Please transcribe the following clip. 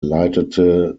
leitete